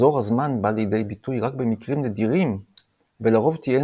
מחזור הזמן בא לידי ביטוי רק במקרים נדירים ולרוב תהיה